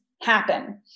happen